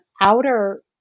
outer